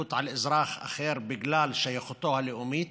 עדיפות על אזרח אחר בגלל שייכותו הלאומית,